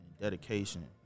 dedication